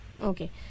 Okay